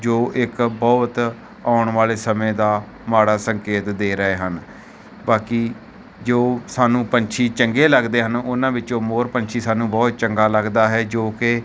ਜੋ ਇੱਕ ਬਹੁਤ ਆਉਣ ਵਾਲੇ ਸਮੇਂ ਦਾ ਮਾੜਾ ਸੰਕੇਤ ਦੇ ਰਹੇ ਹਨ ਬਾਕੀ ਜੋ ਸਾਨੂੰ ਪੰਛੀ ਚੰਗੇ ਲੱਗਦੇ ਹਨ ਉਹਨਾਂ ਵਿੱਚੋਂ ਮੋਰ ਪੰਛੀ ਸਾਨੂੰ ਬਹੁਤ ਚੰਗਾ ਲੱਗਦਾ ਹੈ ਜੋ ਕਿ